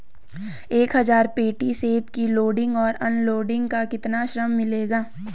एक हज़ार पेटी सेब की लोडिंग और अनलोडिंग का कितना श्रम मिलेगा?